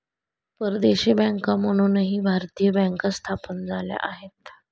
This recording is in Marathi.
परदेशी बँका म्हणूनही भारतीय बँका स्थापन झाल्या आहेत